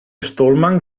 stallman